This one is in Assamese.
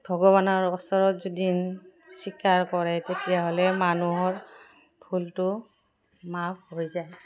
ভগৱানৰ ওচৰত যদি স্বীকাৰ কৰে তেতিয়াহ'লে মানুহৰ ভুলটো মাফ হৈ যায়